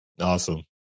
Awesome